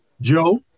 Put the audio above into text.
Joe